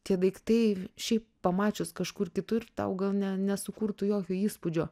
tie daiktai šiaip pamačius kažkur kitur tau gal ne nesukurtų jokio įspūdžio